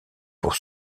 pour